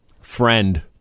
Friend